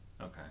Okay